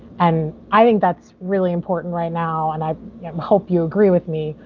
and i think that's really important right now, and i hope you agree with me.